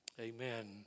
Amen